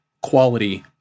quality